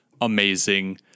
amazing